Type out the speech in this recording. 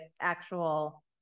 actual